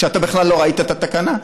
כשאתה בכלל לא ראית את התקנה,